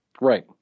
Right